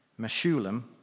Meshulam